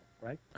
right